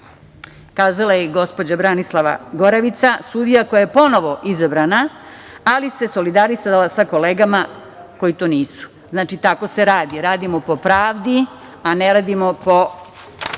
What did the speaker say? kazala je i gospođa Branislava Goravica, sudija koja je ponovo izabrana, ali se solidarisala sa kolegama koji to nisu. Znači, tako se radi. Radimo po pravdi, a ne radimo po